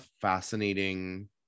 fascinating